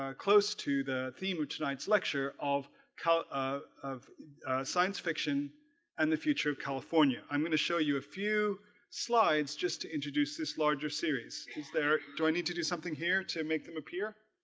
ah close to the theme of tonight's lecture of kind of ah of science fiction and the future of california. i'm going to show you a few slides just to introduce this larger series. she's there do i need to do something here to make them appear?